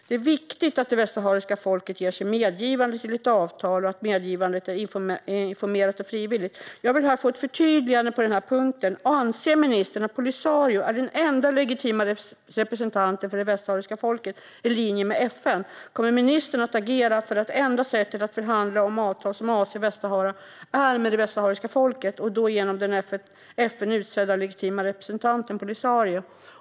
Det är viktigt att det västsahariska folket ger sitt medgivande till ett avtal och att medgivandet är informerat och frivilligt. Jag vill gärna få ett förtydligande på den här punkten. Anser ministern att Polisario är den enda legitima representanten för det västsahariska folket i linje med FN? Kommer ministern att agera för att det enda sättet att förhandla om avtal som omfattar Västsahara är med det västsahariska folket och då genom den av FN utsedda legitima representanten Polisario?